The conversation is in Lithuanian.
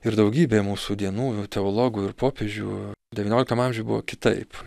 ir daugybė mūsų dienų jau teologų ir popiežių devynioliktam amžiuj buvo kitaip